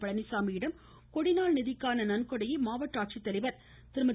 பழனிச்சாமியிடம் கொடிநாள் நிதிக்கான நன்கொடையை மாவட்ட ஆட்சித்தலைவர் திருமதி